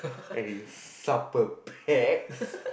okay supper packs